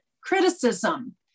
criticism